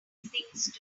things